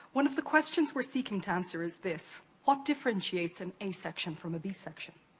one of the questions we're seeking to answer, is this, what differentiates an a section from a b section?